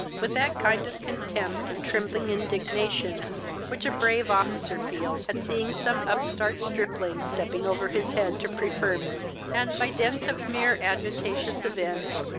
with that kind of contempt and trembling indignation which a brave officer feels at seeing some upstart stripling stepping over his head to preferment, and, by dint of mere adventitious events,